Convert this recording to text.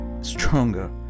stronger